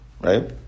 right